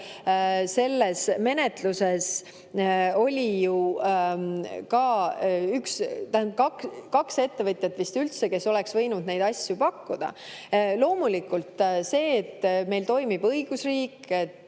selles menetluses oli ju vist üldse kaks ettevõtjat, kes oleks võinud neid asju pakkuda. Loomulikult see, et meil toimib õigusriik, et